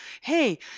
hey